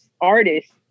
artist